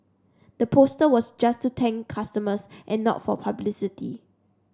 the poster was just to thank customers and not for publicity